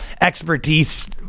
expertise